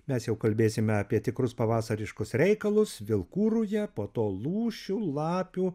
mes jau kalbėsime apie tikrus pavasariškus reikalus vilkų ruja po to lūšių lapių